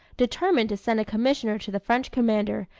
determined to send a commissioner to the french commander,